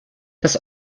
das